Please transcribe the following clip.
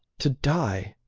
to die.